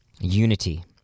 unity